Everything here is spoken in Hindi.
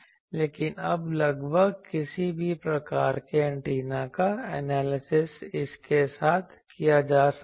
लेकिन अब लगभग किसी भी प्रकार के एंटीना का एनालिसिस इसके साथ किया जा सकता है